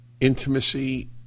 intimacy